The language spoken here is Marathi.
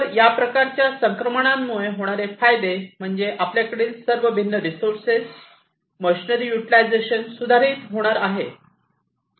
तर या प्रकारच्या संक्रमणामुळे होणारे फायदे म्हणजे आपल्याकडे सर्व भिन्न रिसोर्सेस मशिनरी युटलायझेशन सुधारित होणार आहे